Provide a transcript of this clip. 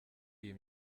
iyi